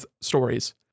stories